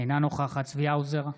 אינה נוכחת צבי האוזר,